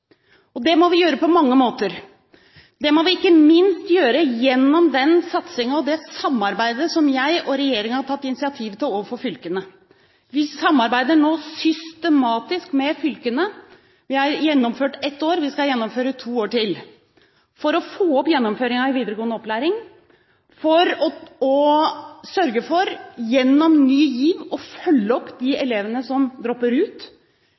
yrkesfag. Det må vi gjøre på mange måter. Det må vi ikke minst gjøre gjennom den satsingen og det samarbeidet som jeg og regjeringen har tatt initiativ til overfor fylkene. Vi samarbeider nå systematisk med fylkene. Vi har gjennomført ett år. Vi skal gjennomføre to år til for å få opp gjennomføringen i videregående opplæring, og for å sørge for gjennom Ny GIV å følge opp de elevene som dropper ut.